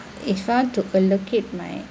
if found to allocate my